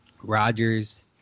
Rodgers